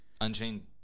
Unchained